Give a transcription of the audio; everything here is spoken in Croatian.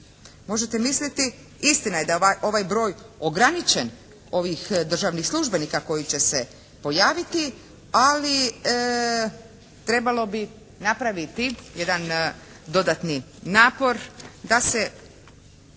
Možete misliti, istina je da je ovaj broj ograničen, ovih državnih službenika koji će se pojaviti. Ali trebalo bi napraviti jedan dodatni napor da se